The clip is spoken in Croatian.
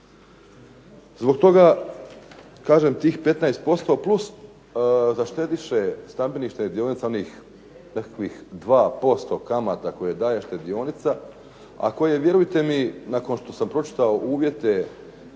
Zbog toga kažem tih 15% plus da štediše stambenih štedionica onih nekakvih 2% kamata koje daje štedionice a koje vjerujte mi, nakon što sam pročitao uvjete